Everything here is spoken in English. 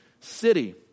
city